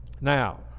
Now